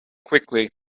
quickly